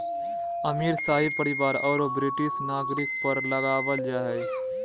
अमीर, शाही परिवार औरो ब्रिटिश नागरिक पर लगाबल जा हइ